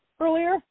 earlier